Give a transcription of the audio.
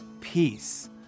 peace